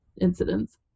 incidents